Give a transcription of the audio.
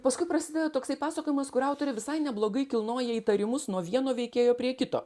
paskui prasideda toksai pasakojimas kur autorė visai neblogai kilnoja įtarimus nuo vieno veikėjo prie kito